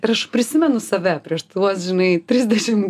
ir aš prisimenu save prieš tuos žinai trisdešim